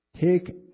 Take